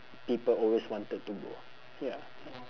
people always wanted to go ya